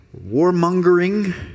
warmongering